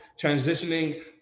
Transitioning